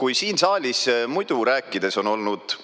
Kui siin saalis muidu rääkides on olnud